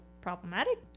problematic